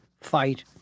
fight